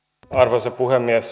arvoisa puhemies